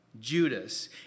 Judas